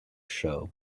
show